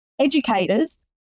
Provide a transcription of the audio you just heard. educators